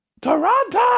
Toronto